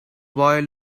boy